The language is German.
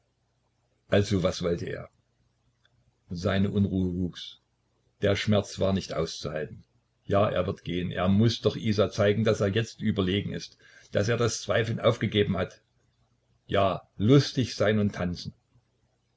also was wollte er seine unruhe wuchs der schmerz war nicht auszuhalten ja er wird gehen er muß doch isa zeigen daß er jetzt überlegen ist daß er das zweifeln aufgegeben hat ja lustig sein und tanzen